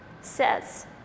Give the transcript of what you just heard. says